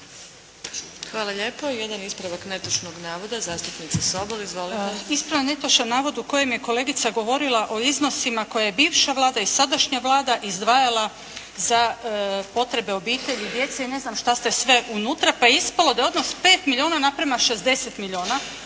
Hvala lijepo. Jedan ispravak netočnog navoda, zastupnica Sobol. Izvolite. **Sobol, Gordana (SDP)** Ispravljam netočan navod u kojem je kolegica govorila o iznosima koje je bivša Vlada i sadašnja Vlada izdvajala za potrebe obitelji i djece i ne znam šta ste sve unutra, pa je ispalo da je odnos 5 milijuna na prema 60 milijuna.